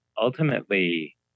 Ultimately